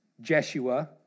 Jeshua